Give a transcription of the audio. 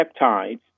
peptides